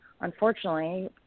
unfortunately